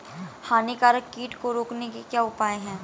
हानिकारक कीट को रोकने के क्या उपाय हैं?